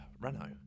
Renault